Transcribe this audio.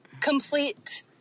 complete